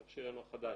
המכשיר אינו חדש,